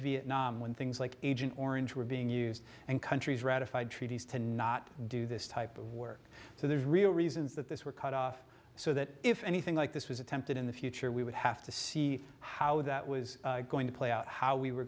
vietnam when things like agent orange were being used and countries ratified treaties to not do this type of work so there's real reasons that this were cut off so that if anything like this was attempted in the future we would have to see how that was going to play out how we were